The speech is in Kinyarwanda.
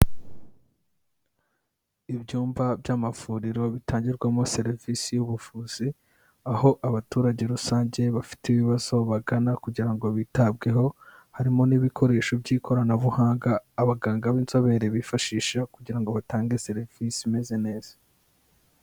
Ibyumba by'amavuriro bitangirwamo serivisi y'ubuvuzi, aho abaturage rusange bafite ibibazo bagana kugira ngo bitabweho, harimo n'ibikoresho by'ikoranabuhanga, abaganga b'inzobere bifashisha kugira ngo batange serivise imeze neza.